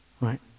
right